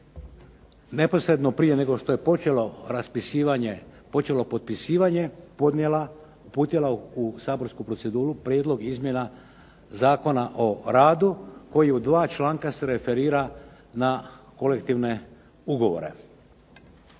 neposredno prije nego što je počelo potpisivanje, podnijela u Saborsku proceduru Prijedlog izmjena Zakona o radu koji u dva članka se referira na kolektivne ugovore.